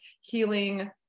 healing